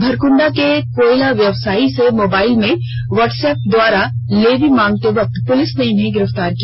भुरकुंडा के कोयला व्यवसायी से मोबाइल में व्हाट्सएप द्वारा लेवी मांगते वक्त पुलिस ने इन्हें गिरफ्तार किया